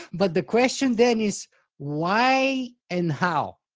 but the question then is why and how?